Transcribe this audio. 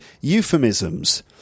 euphemisms